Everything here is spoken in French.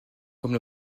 comme